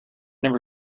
never